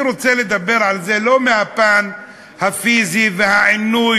אני רוצה לדבר על זה לא מהפן הפיזי והעינוי,